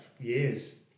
years